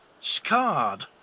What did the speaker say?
scarred